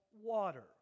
water